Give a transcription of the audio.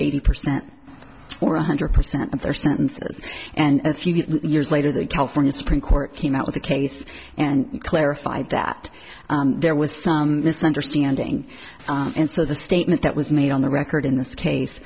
eighty percent or one hundred percent of their sentences and a few years later the california supreme court came out with a case and clarified that there was some misunderstanding and so the statement that was made on the record in this case